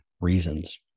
reasons